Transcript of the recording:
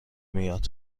میاد